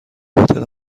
هتل